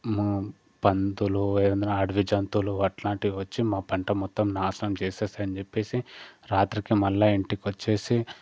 ము పందులు ఏవన్న అడివి జంతులు అట్లాంటివి వచ్చి మా పంట మొత్తం నాశనం చేసేస్తాయి అని చెప్పేసి రాత్రికి మళ్ళా ఇంటికి వచ్చేసి